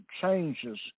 changes